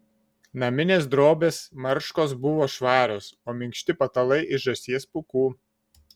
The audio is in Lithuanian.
naminės drobės marškos buvo švarios o minkšti patalai iš žąsies pūkų